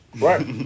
Right